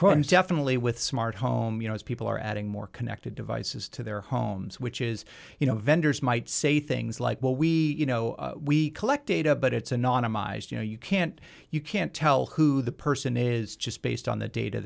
course definitely with smart home you know people are adding more connected devices to their homes which is you know vendors might say things like well we you know we collect data but it's anonymized you know you can't you can't tell who the person is just based on the data